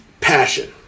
passion